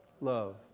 Love